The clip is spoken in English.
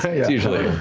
it's usually